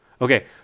Okay